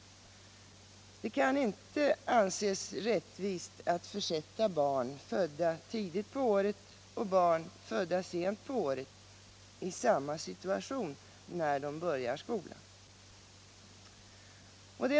Det kan inte anses rättvist att försätta barn födda tidigt på året och barn födda sent på året i samma situation, när de börjar skolan.